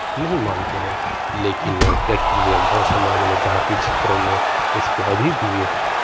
नहीं मानते हैं लेकिन क्या कीजिएगा गाँव समाज में देहाती क्षेत्रों में इसपे अभी भी